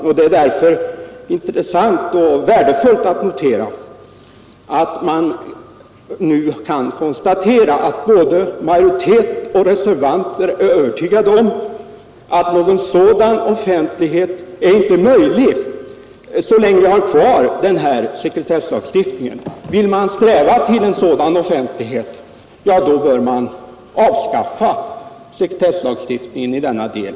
Därför är det också intressant och värdefullt att nu konstatera att både majoriteten och reservanterna är övertygade om att någon sådan offentlighet inte är möjlig, så länge vi har kvar sekretesslagstiftningen. Om man alltså vill sträva till en sådan offentlighet, då bör man avskaffa sekretesslagstiftningen i denna del.